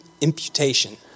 imputation